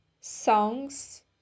songs